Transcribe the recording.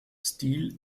stil